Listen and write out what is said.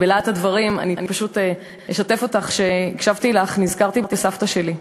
בלהט הדברים אני פשוט אשתף אותך: שכשהקשבתי לך נזכרתי בסבתא שלי,